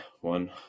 one